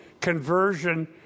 conversion